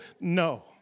no